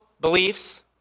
beliefs